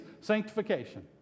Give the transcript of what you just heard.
sanctification